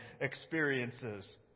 experiences